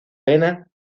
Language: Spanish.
pena